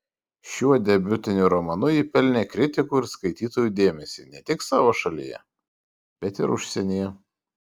šiuo debiutiniu romanu ji pelnė kritikų ir skaitytojų dėmesį ne tik savo šalyje bet ir užsienyje